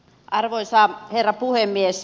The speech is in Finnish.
arvoisa herra puhemies